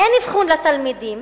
אין אבחון לתלמידים,